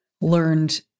learned